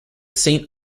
saint